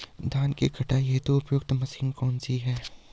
धान की कटाई हेतु उपयुक्त मशीन कौनसी है?